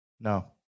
No